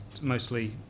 mostly